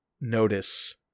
notice